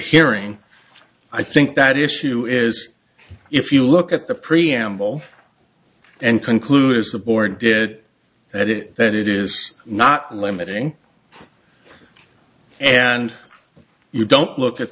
hearing i think that issue is if you look at the preamble and conclude as support did that it that it is not limiting and you don't look at